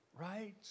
Right